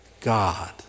God